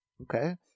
okay